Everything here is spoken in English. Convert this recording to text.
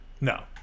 No